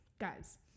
guys